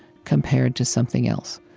compared to something else.